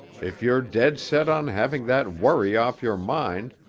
if you're dead set on having that worry off your mind,